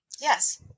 yes